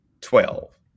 twelve